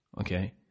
okay